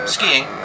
Skiing